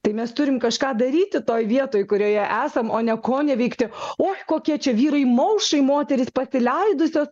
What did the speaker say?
tai mes turim kažką daryti toj vietoj kurioje esam o ne koneveikti oi kokie čia vyrai maušai moterys pasileidusios